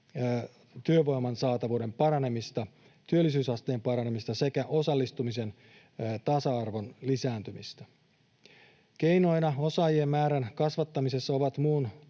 työvoiman saatavuuden paranemista, työllisyysasteen paranemista sekä osallistumisen tasa-arvon lisääntymistä. Keinoina osaajien määrän kasvattamisessa ovat muun